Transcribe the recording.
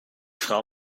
frau